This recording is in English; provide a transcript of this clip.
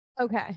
Okay